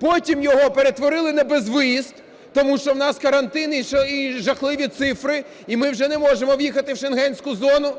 потім його перетворили на безвиїзд, тому що у нас карантин і жахливі цифри, і ми вже не можемо в'їхати в Шенгенську зону.